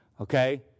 Okay